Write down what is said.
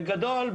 בגדול,